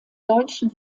deutschen